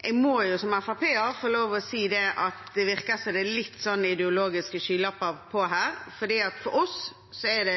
Jeg må jo som FrP-er få lov til å si at det virker som om det er noen ideologiske skylapper på her. For oss er det